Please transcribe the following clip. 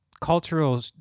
cultural